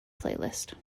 playlist